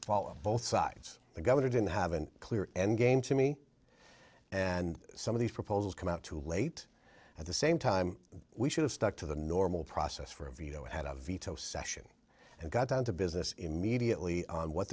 followed both sides the governor didn't have an clear endgame to me and some of these proposals come out too late at the same time we should have stuck to the normal process for a veto it had a veto session and got down to business immediately what